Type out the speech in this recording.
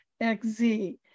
X-Z